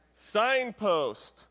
signpost